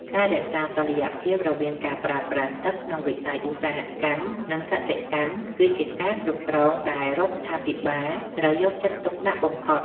ការរក្សាតុល្យភាពរវាងការប្រើប្រាស់ទឹកក្នុងវិស័យឧស្សាហកម្ម និងកសិកម្មគឺជាការគ្រប់គ្រងដែលរដ្ឋាភិបាលត្រូវយកចិត្តទុកដាក់បំផុត។